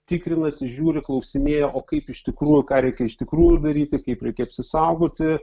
tikrinasi žiūri klausinėja o kaip iš tikrųjų ką reikia iš tikrųjų daryti kaip reikia apsisaugoti